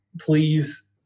Please